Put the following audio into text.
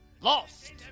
lost